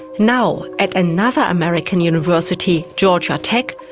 now at another american university, georgia tech,